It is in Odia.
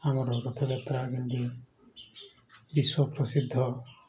ଆମର ରଥଯାତ୍ରା ଯେମିତି ବିଶ୍ୱ ପ୍ରସିଦ୍ଧ